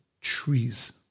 trees